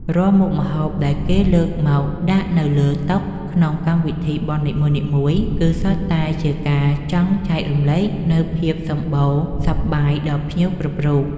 រាល់មុខម្ហូបដែលគេលើកមកដាក់នៅលើតុក្នុងកម្មវិធីបុណ្យនីមួយៗ គឺសុទ្ធតែជាការចង់ចែករំលែកនូវភាពសម្បូរសប្បាយដល់ភ្ញៀវគ្រប់រូប។